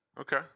Okay